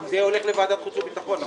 זה הולך לוועדת החוץ והביטחון, נכון?